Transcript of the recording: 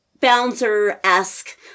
bouncer-esque